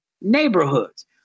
neighborhoods